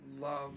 love